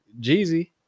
Jeezy